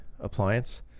appliance